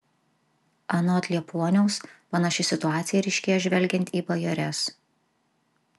anot liepuoniaus panaši situacija ryškėja žvelgiant į bajores